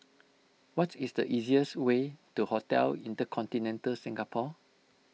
what is the easiest way to Hotel Intercontinental Singapore